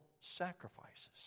sacrifices